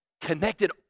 connected